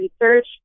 research